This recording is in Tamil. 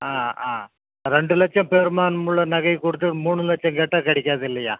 ஆ ஆ ரெண்டு லட்சம் பெறுமானமுள்ள நகையை கொடுத்து மூணு லட்சம் கேட்டால் கிடைக்காதில்லையா